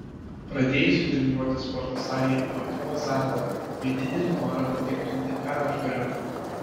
pradėjusi treniruotis sporto salėje pajutau azartą bei didelį norą patikrinti ką aš galiu